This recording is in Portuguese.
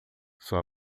sua